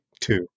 two